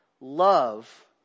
love